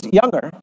younger